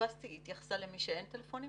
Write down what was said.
היא התייחסה למי שאין לו טלפונים?